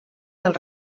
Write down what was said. del